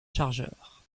chargeurs